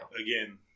Again